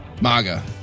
MAGA